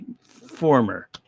former